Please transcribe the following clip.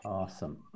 awesome